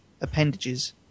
appendages